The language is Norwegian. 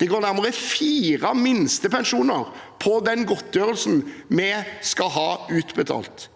Det går nærmere fire minstepensjoner på den godtgjørelsen vi skal ha utbetalt.